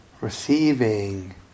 receiving